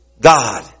God